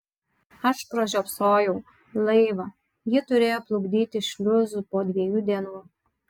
aš pražiopsojau laivą jį turėjo plukdyti šliuzu po dviejų dienų